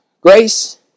grace